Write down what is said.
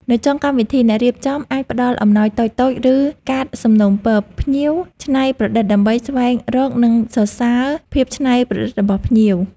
នៅចុងកម្មវិធី អ្នករៀបចំអាចផ្តល់អំណោយតូចៗ ឬកាតសំណូមពរ “ភ្ញៀវច្នៃប្រឌិត” ដើម្បីស្វែងរក និងសរសើរភាពច្នៃប្រឌិតរបស់ភ្ញៀវ។